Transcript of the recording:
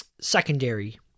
secondary